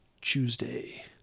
Tuesday